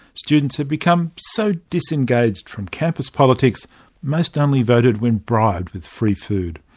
students had become so disengaged from campus politics most only voted when bribed with free food.